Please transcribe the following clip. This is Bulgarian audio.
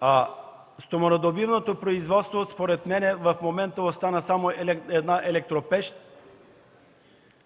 От стоманодобивното производство в момента остана само една електропещ